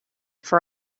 for